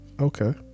Okay